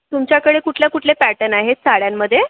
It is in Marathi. तुमच्याकडे कुठल्या कुठल्या पॅटन आहेत साड्यांमध्ये